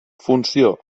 funció